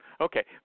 Okay